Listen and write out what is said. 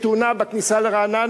בילסקי, יש תאונה בכניסה לרעננה.